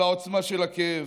על העוצמה של הכאב.